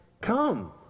come